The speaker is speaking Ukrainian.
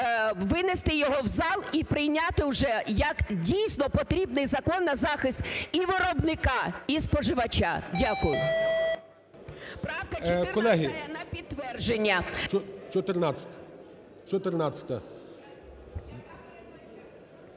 винести його в зал, і прийняти його як, дійсно, потрібний закон на захист і виробника, і споживача. Дякую.